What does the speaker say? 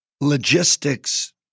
logistics